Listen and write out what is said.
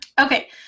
okay